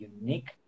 unique